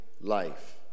life